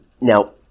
Now